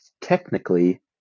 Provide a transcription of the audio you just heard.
technically